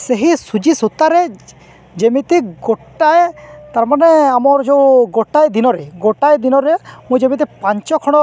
ସେହି ଛୁଞ୍ଚି ସୂତାରେ ଯେମିତି ଗୋଟାଏ ତାମାନେ ଆମର ଯେଉଁ ଗୋଟାଏ ଦିନରେ ଗୋଟାଏ ଦିନରେ ମୁଁ ଯେମିତି ପାଞ୍ଚ ଖଣ୍ଡ